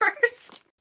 first